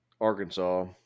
Arkansas